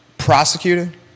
prosecuted